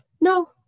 no